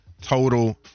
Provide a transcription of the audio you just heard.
total